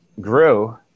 grew